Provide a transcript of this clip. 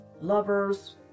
lovers